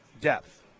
Depth